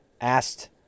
asked